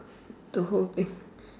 the whole thing